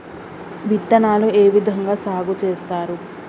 విత్తనాలు ఏ విధంగా సాగు చేస్తారు?